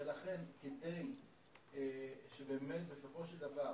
כדי שבאמת בסופו של דבר